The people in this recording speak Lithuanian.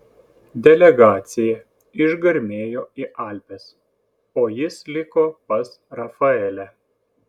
delegacija išgarmėjo į alpes o jis liko pas rafaelę